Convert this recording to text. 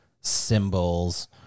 symbols